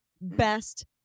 best